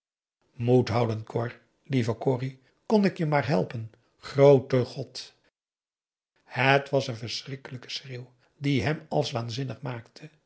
cor lieve corrie kon ik je maar helpen groote god het was een verschrikkelijke schreeuw die hem als waanzinnig maakte